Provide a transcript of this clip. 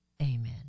Amen